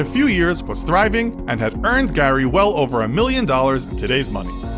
ah few years was thriving and had earned gary well over a million dollars in today's money.